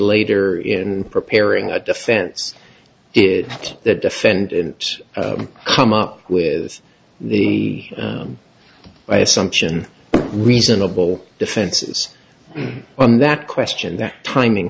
later in preparing a defense is that defendants come up with the by assumption reasonable defenses on that question that timing